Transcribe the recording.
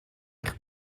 eich